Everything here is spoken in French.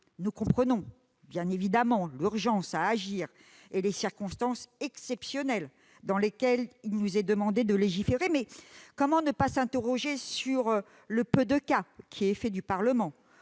nous comprenons l'urgence à agir et les circonstances exceptionnelles dans lesquelles il nous est demandé de légiférer, mais comment ne pas s'interroger sur le peu de cas qui est fait du Parlement,